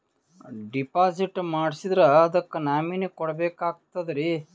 Deposit ಮಾಡ್ಸಿದ್ರ ಅದಕ್ಕ nominee ಕೊಡಬೇಕಾಗ್ತದ್ರಿ?